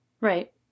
right